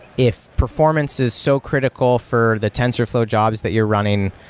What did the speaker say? if performance is so critical for the tensorflow jobs that you're running,